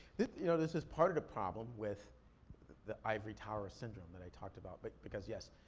you know, this is part of the problem with the ivory tower syndrome that i talked about, but because, yes.